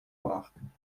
beachten